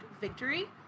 Victory